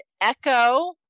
Echo